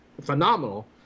phenomenal